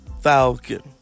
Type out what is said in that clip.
Falcon